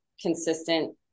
consistent